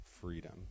freedom